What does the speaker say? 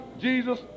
Jesus